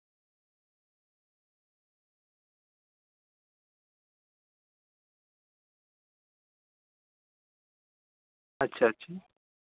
ᱟᱪᱪᱷᱟ ᱪᱷᱟ